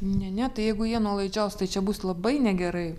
ne ne tai jeigu jie nuolaidžiaus tai čia bus labai negerai